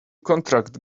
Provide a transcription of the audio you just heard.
contract